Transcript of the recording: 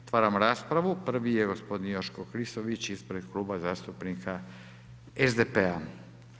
Otvaram raspravu, prvi je gospodin Joško Klisović, ispred Kluba zastupnika SDP-a.